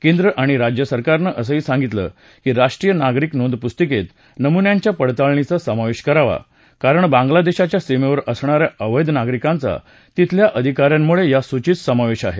केंद्र आणि राज्यसरकारनं असंही सांगितलं की राष्ट्रीय नागरिक नोंद पुस्तिकेत नमुन्यांच्या पडताळणीचा समावेश करावा कारण बांगलादेशाच्या सीमेवर असणाऱ्या अवैध नागरिकांचा तिथल्या अधिकाऱ्यांमुळे या सूचीत समावेश आहे